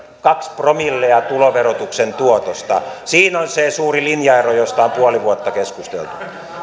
kaksi promillea tuloverotuksen tuotosta siinä on se suuri linjaero josta on puoli vuotta keskusteltu